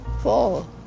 fall